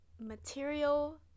material